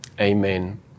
Amen